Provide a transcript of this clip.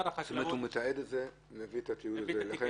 הוא מתעד, מביא את התיעוד אליכם.